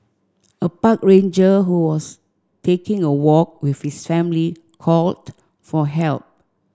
a park ranger who was taking a walk with his family called for help